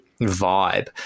vibe